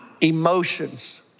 emotions